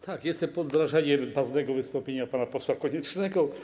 Tak, jestem pod wrażeniem barwnego wystąpienia pana posła Koniecznego.